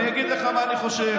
אני אגיד לך מה אני חושב.